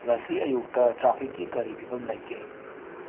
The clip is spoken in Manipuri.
ꯉꯁꯤ ꯑꯌꯨꯛꯇ ꯇ꯭ꯔꯥꯐꯤꯛꯀꯤ ꯀꯔꯤ ꯐꯤꯕꯝ ꯂꯩꯒꯦ